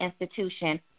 institution